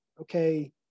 okay